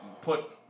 put –